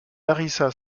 larisa